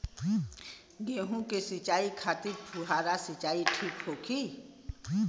गेहूँ के सिंचाई खातिर फुहारा सिंचाई ठीक होखि?